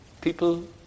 people